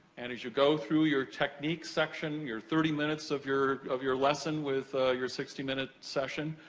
and as you go through your technique section, your thirty minutes of your of your lesson with your sixty minute session,